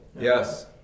Yes